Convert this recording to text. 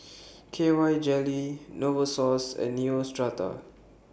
K Y Jelly Novosource and Neostrata